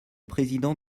président